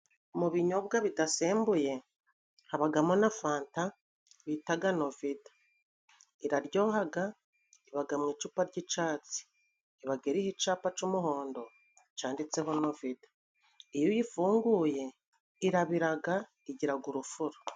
Mu binyobwa bidasembuye, habagamo na Fanta bitaga Novida. Iraryohaga, ibaga mu icupa ry'icatsi, ibaga iriho icapa cy'umuhondo, canditseho 'Novida'. Iyo uyifunguye, irabiraga, igiraga urufuro.